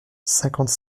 cinquante